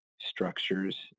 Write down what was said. structures